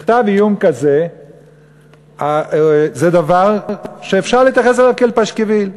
מכתב איום כזה זה דבר שאפשר להתייחס אליו כאל פשקוויל.